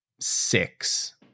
six